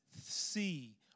see